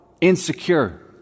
insecure